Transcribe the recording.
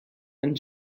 and